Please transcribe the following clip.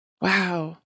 Wow